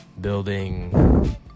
building